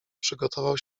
przygotował